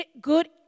Good